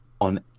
on